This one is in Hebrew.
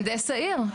מהנדס העיר.